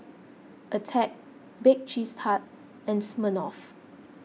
Attack Bake Cheese Tart and Smirnoff